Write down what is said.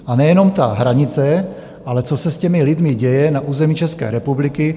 A nejenom hranice, ale co se s těmi lidmi děje na území České republiky.